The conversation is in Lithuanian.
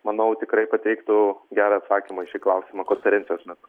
manau tikrai pateiktų gerą atsakymą į šį klausimą konferencijos metu